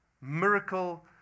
miracle